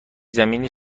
زمینی